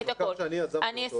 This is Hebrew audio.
זה מחקר שאני יזמתי אותו.